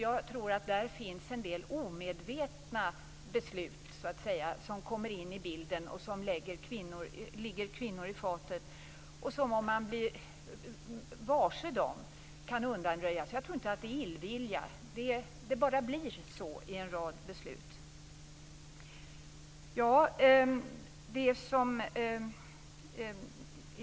Jag tror att det där finns en del så att säga omedvetna beslut som ligger kvinnor i fatet och som, om man blir varse dem, kan undanröjas. Jag tror inte att det är illvilja, utan det har bara blivit så i en rad beslut.